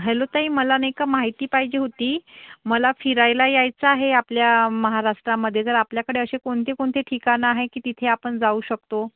hello ताई मला नाही का माहिती पाहिजे होती मला फिरायला यायचं आहे आपल्या महाराष्ट्रामध्ये जर आपल्याकडे असे कोणते कोणते ठिकाणं आहे की तिथे आपण जाऊ शकतो